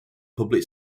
public